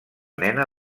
nena